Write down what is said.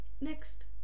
Next